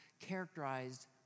characterized